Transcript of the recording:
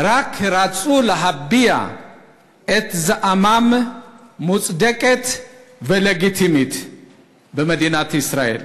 הם רק רצו להביע את זעמם המוצדק והלגיטימי במדינת ישראל.